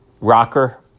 Rocker